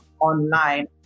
online